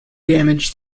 damage